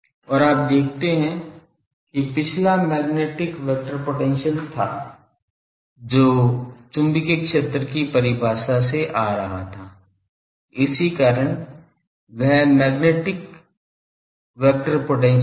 और आप देखते हैं कि पिछला मैग्नेटिक वेक्टर पोटेंशियल था जो चुम्बकीय क्षेत्र की परिभाषा से आ रहा था इसी कारण वह मैग्नेटिक वेक्टर पोटेंशियल था